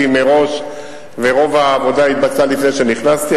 מראש ורוב העבודה התבצעה לפני שנכנסתי,